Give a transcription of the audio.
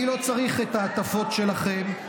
אני לא צריך את ההטפות שלכם.